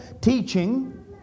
teaching